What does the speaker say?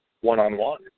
one-on-one